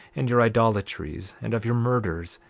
and your idolatries, and of your murders,